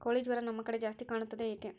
ಕೋಳಿ ಜ್ವರ ನಮ್ಮ ಕಡೆ ಜಾಸ್ತಿ ಕಾಣುತ್ತದೆ ಏಕೆ?